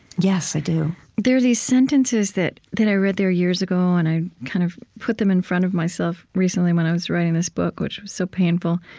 yes, i do there are these sentences that that i read there years ago, and i kind of put them in front of myself recently when i was writing this book, which was so painful.